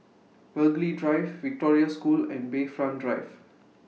Burghley Drive Victoria School and Bayfront Drive